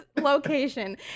location